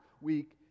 week